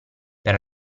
per